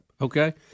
okay